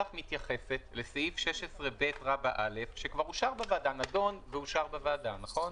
אז גברתי מתייחסת למשהו שכבר אושר בוועדה, נכון?